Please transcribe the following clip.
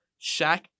Shaq